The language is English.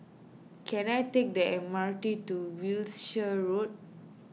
can I take the M R T to Wiltshire Road